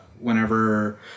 whenever